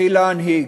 תתחיל להנהיג.